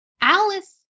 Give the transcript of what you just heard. Alice